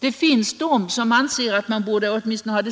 Det finns de som anser att åtminstone